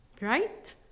Right